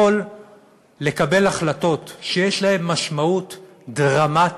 יכול לקבל החלטות שיש להן משמעות דרמטית,